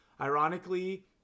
Ironically